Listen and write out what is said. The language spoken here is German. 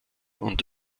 und